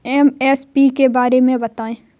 MSP के बारे में बतायें?